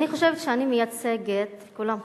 אני חושבת שאני מייצגת, כולם חושבים,